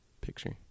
picture